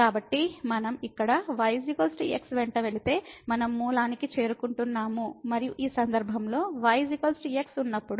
కాబట్టి మనం ఇక్కడ y x వెంట వెళితే మనం మూలానికి చేరుకుంటున్నాము ఎప్పుడంటే ఈ సందర్భంలో y x చేరినప్పుడు